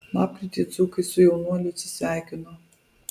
lapkritį dzūkai su jaunuoliu atsisveikino